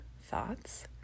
thoughts